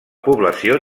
població